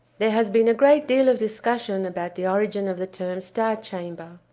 there has been a great deal of discussion about the origin of the term star chamber.